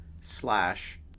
slash